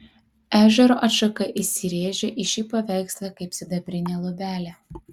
ežero atšaka įsirėžė į šį paveikslą kaip sidabrinė luobelė